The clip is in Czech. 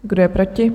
Kdo je proti?